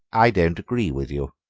i don't agree with you,